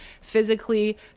physically